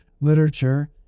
literature